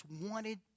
wanted